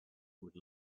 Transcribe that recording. would